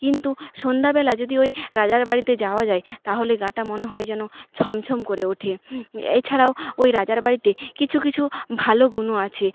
কিন্তু সন্দ্যাবেলা যদি ওই রাজার বাড়িতে যাওয়া যায় তাহলে গা টা মনে হয় যেন ছমছম করে ওঠে এছাড়াও ওই রাজার বাড়িতে কিছু কিছু ভালো গুণও আছে